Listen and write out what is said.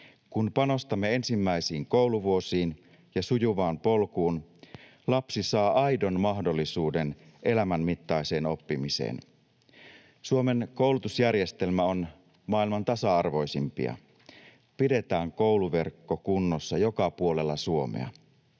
Kun panostamme ensimmäisiin kouluvuosiin ja sujuvaan polkuun, lapsi saa aidon mahdollisuuden elämänmittaiseen oppimiseen. Suomen koulutusjärjestelmä on maailman tasa-arvoisimpia. Pidetään kouluverkko kunnossa joka puolella Suomea.